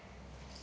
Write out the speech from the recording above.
Tak.